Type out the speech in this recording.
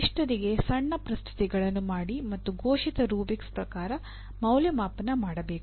ವರಿಷ್ಠರಿಗೆ ಸಣ್ಣ ಪ್ರಸ್ತುತಿಗಳನ್ನು ಮಾಡಿ ಮತ್ತು ಘೋಷಿತ ರೂಬ್ರಿಕ್ಸ್ ಪ್ರಕಾರ ಮೌಲ್ಯಮಾಪನ ಮಾಡಬೇಕು